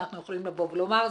אנחנו יכולים לבוא ולומר,